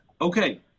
Okay